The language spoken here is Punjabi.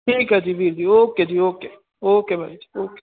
ਠੀਕ ਹੈ ਜੀ ਵੀਰ ਜੀ ਓਕੇ ਜੀ ਓਕੇ ਓਕੇ ਬਾਈ